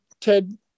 Ted